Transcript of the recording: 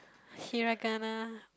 Hiragana